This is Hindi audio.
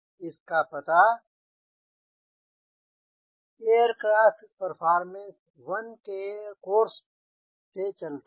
इसका पता एयरक्राफ्ट परफॉरमेंस 1 कोर्स से चलता है